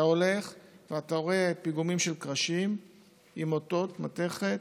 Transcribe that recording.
אתה הולך ורואה פיגומים של קרשים עם מוטות מתכת,